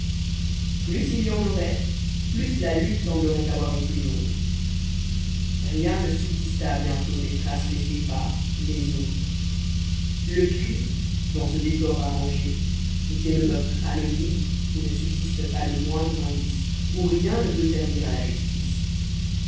plus il y en aurait plus la lutte semblerait avoir été longue rien ne subsista bientôt des traces laissées par les autres le crime dans ce décor arrangé était le meurtre anonyme où ne subsiste pas le moindre indice où rien ne peut servir la justice